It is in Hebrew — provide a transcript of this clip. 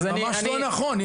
אבל זה ממש לא נכון.